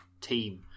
team